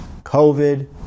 COVID